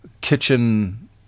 kitchen